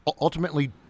ultimately